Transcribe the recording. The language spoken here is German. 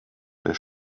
der